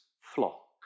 flock